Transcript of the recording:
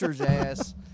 ass